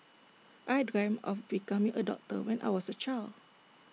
I dreamt of becoming A doctor when I was A child